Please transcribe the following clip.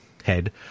Head